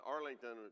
Arlington